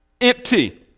empty